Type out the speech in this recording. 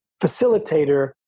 facilitator